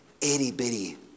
itty-bitty